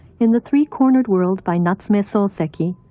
in the three-cornered world by natsume ah so soseki,